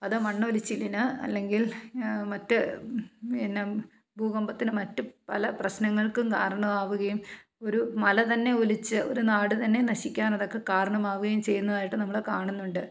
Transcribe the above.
അത് മണ്ണൊലിച്ചിലിന് അല്ലെങ്കിൽ മറ്റ് പിന്നെ ഭൂകമ്പത്തിന് മറ്റു പല പ്രശ്നങ്ങൾക്കും കാരണമാവുകയും ഒരു മല തന്നെ ഒലിച്ച് ഒരു നാട് തന്നെ നശിക്കാനതൊക്കെ കാരണമാവുകയും ചെയ്യുന്നതായിട്ട് നമ്മൾ കാണുന്നുണ്ട്